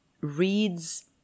reads